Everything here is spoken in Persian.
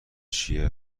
چیه